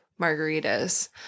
margaritas